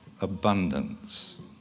abundance